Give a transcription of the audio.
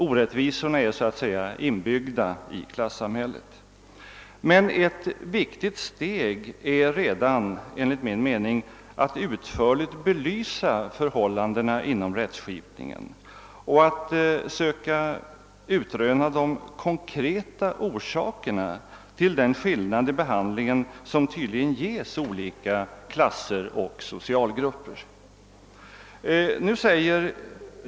Orättvisorna är så att säga inbyggda i klassamhället. Men ett viktigt steg är enligt min mening redan att utförligt belysa förbål landena inom rättskipningen och att söka utröna de konkreta orsakerna till den skillnad i behandlingen, som olika klasser och socialgrupper tydligen möter.